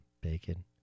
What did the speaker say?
Bacon